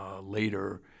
later